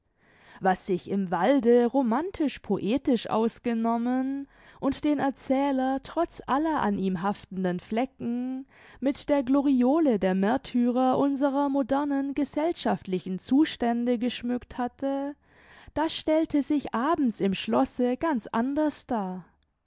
was sich im walde romantisch poetisch ausgenommen und den erzähler trotz aller an ihm haftenden flecken mit der gloriole der märtyrer unserer modernen gesellschaftlichen zustände geschmückt hatte das stellte sich abends im schlosse ganz anders dar